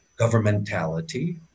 governmentality